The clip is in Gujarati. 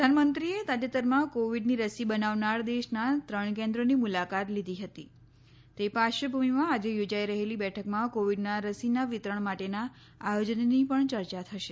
પ્રધાનમંત્રીએ તાજેતરમાં કોવિડની રસી બનાવનાર દેશના ત્રણ કેન્દ્રોની મુલાકાત લીધી હતી તે પાર્શ્વભૂમિમાં આજે યોજાઈ રહેલી બેઠકમાં કોવિડના રસીના વિતરણ માટેના આયોજનની પણ ચર્ચા થશે